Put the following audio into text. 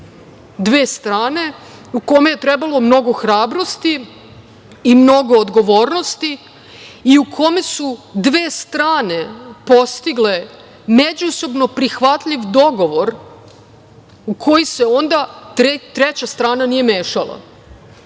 dve strane kome je trebalo mnogo hrabrosti i mnogo odgovornosti i u kome su dve strane postigle međusobno prihvatljiv dogovor u koji se, onda treća strana nije